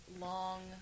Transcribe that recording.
long